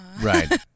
Right